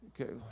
Okay